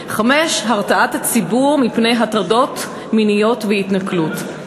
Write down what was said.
5. הרתעת הציבור מפני הטרדות מיניות והתנכלות.